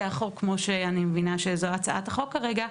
החוק כמו שאני מבינה שזו הצעת החוק כרגע,